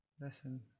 Listen